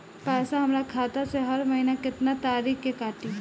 पैसा हमरा खाता से हर महीना केतना तारीक के कटी?